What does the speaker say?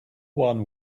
one